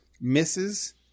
misses